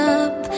up